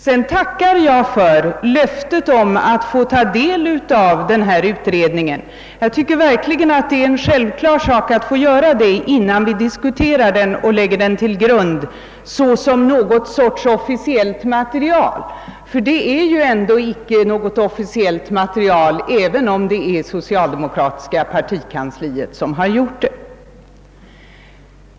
Jag tackar för löftet att vi skall få ta del av utredningen. Det är självklart att vi bör få göra det innan vi diskuterar utredningens resultat och lägger dem till grund såsom något slags officiellt material. Materialet är ju inte officiellt, även om det socialdemokratiska partikansliet sammanställt materialet.